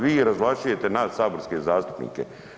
Vi razvlašćujete nas saborske zastupnike.